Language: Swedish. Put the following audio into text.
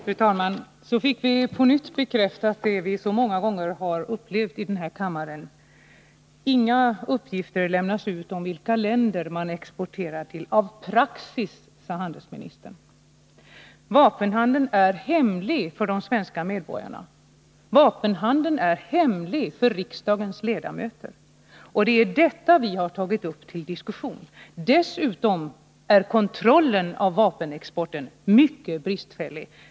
Fru talman! Så fick vi på nytt bekräftat det vi så många gånger har upplevt i denna kammare: Inga uppgifter lämnas ut om vilka länder man exporterar till — av praxis, sade handelsministern. Vapenhandeln är hemlig för de svenska medborgarna. Vapenhandeln är hemlig för riksdagens ledamöter. Det är detta vi har tagit upp till diskussion. Dessutom är kontrollen av vapenexporten mycket bristfällig.